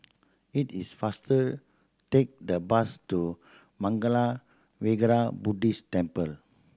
it is faster take the bus to Mangala Vihara Buddhist Temple